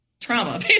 trauma